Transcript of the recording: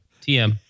TM